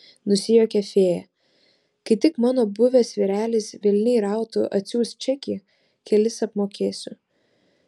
nusijuokė fėja kai tik mano buvęs vyrelis velniai rautų atsiųs čekį kelis apmokėsiu